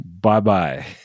Bye-bye